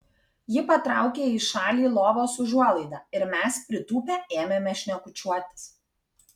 ji patraukė į šalį lovos užuolaidą ir mes pritūpę ėmėme šnekučiuotis